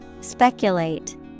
Speculate